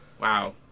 Wow